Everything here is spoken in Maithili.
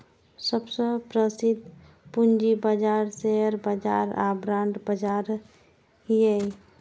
सबसं प्रसिद्ध पूंजी बाजार शेयर बाजार आ बांड बाजार छियै